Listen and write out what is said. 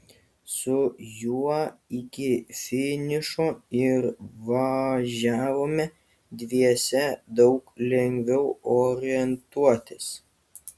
su juo iki finišo ir važiavome dviese daug lengviau orientuotis